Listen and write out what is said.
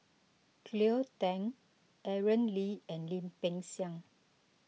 Cleo Thang Aaron Lee and Lim Peng Siang